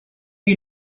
you